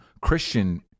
Christian